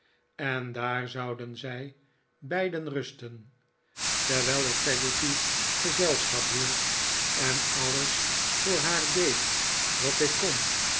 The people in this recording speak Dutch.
en daar zouden zij beiden rusten terwijl ik peggotty gezelschap hield en alles voor haar deed wat ik kon